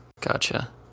gotcha